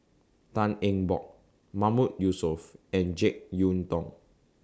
Tan Eng Bock Mahmood Yusof and Jek Yeun Thong